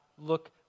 look